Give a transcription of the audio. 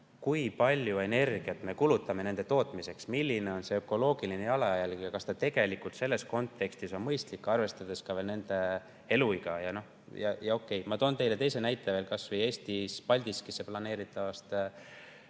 kui palju energiat me kulutame kõige tootmiseks, milline on ökoloogiline jalajälg ja kas see tegelikult selles kontekstis on mõistlik, arvestades ka võimsuste eluiga. Ja ma toon teile teise näite, see on Eestis Paldiskisse planeeritav